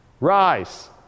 rise